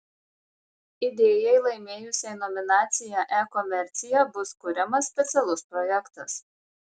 idėjai laimėjusiai nominaciją e komercija bus kuriamas specialus projektas